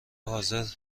حاضر